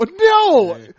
no